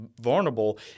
vulnerable